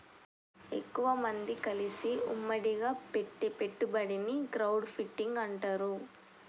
ఎక్కువమంది కలిసి ఉమ్మడిగా పెట్టే పెట్టుబడిని క్రౌడ్ ఫండింగ్ అంటారు